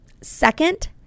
second